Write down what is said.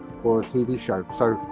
for a tv show. so,